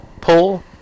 pull